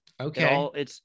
Okay